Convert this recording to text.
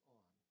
on